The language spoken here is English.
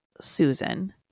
Susan